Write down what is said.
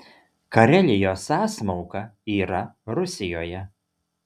karelijos sąsmauka yra rusijoje